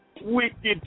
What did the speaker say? Wicked